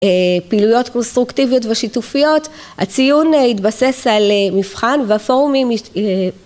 פעילויות קונסטרוקטיביות ושיתופיות. הציון התבסס על מבחן, והפורומים